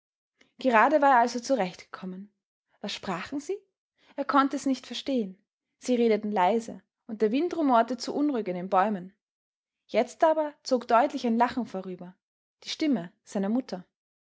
gerade war er also zurecht gekommen was sprachen sie er konnte es nicht verstehen sie redeten leise und der wind rumorte zu unruhig in den bäumen jetzt aber zog deutlich ein lachen vorüber die stimme seiner mutter